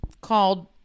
called